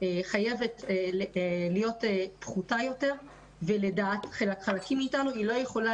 חייבת להיות פחותה יותר והיא לא יכולה